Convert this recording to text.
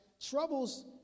Troubles